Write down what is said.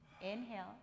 inhale